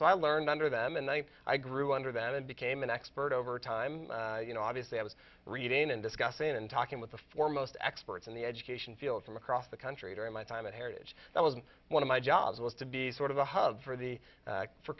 so i learned under them and then i grew under then and became an expert over time you know obviously i was reading and discussing and talking with the foremost experts in the education field from across the country during my time at heritage that was one of my jobs was to be sort of a hub for the